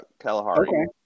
Kalahari